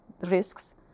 risks